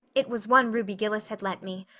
it was one ruby gillis had lent me,